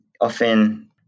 Often